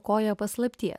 kojo paslapty